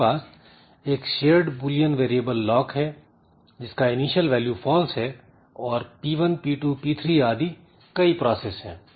हमारे पास एक शेयर्ड बुलियन वेरिएबल lock है जिसका इनिशियल वैल्यू false है और P1 P2 P3 आदि कई प्रोसेस है